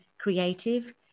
creative